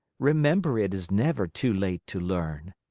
remember it is never too late to learn.